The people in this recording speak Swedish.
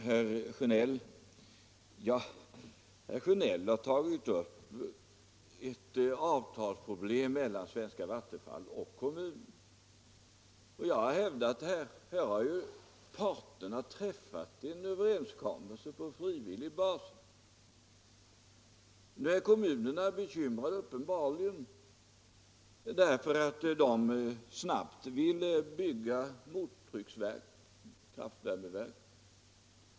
Herr Sjönell har tagit upp ett avtalsproblem mellan Vattenfall och kommunerna. Parterna har träffat en överenskommelse på frivillig bas. Nu är kommunerna uppenbarligen bekymrade därför att de snabbt vill bygga mottrycksverk; kraftvärmeverk.